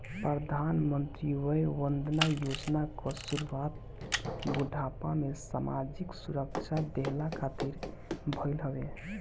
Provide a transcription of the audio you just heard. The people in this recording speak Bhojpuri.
प्रधानमंत्री वय वंदना योजना कअ शुरुआत बुढ़ापा में सामाजिक सुरक्षा देहला खातिर भईल हवे